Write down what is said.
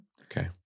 Okay